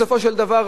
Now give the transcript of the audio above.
בסופו של דבר,